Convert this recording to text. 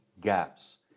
gaps